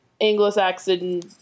Anglo-Saxon